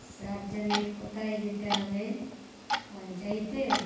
তার জন্যে কোথায় যেতে হবে পঞ্চায়েতে